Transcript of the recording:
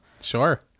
sure